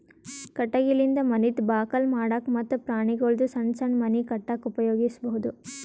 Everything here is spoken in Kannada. ಕಟಗಿಲಿಂದ ಮನಿದ್ ಬಾಕಲ್ ಮಾಡಕ್ಕ ಮತ್ತ್ ಪ್ರಾಣಿಗೊಳ್ದು ಸಣ್ಣ್ ಸಣ್ಣ್ ಮನಿ ಕಟ್ಟಕ್ಕ್ ಉಪಯೋಗಿಸಬಹುದು